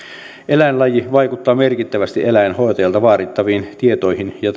eläinlaji vaikuttaa merkittävästi eläintenhoitajalta vaadittaviin tietoihin ja